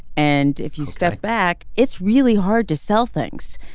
and if you step back it's really hard to sell things.